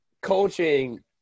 coaching